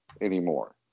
anymore